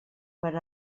per